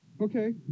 Okay